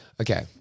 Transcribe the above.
okay